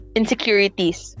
insecurities